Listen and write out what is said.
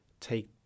take